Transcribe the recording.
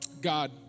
God